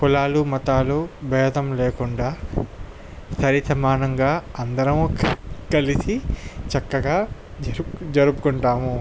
కులాలు మతాలు భేదం లేకుండా సరి సమానంగా అందరము కలిసి చక్కగా జరుపుకుంటాము